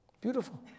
Beautiful